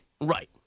Right